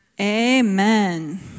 Amen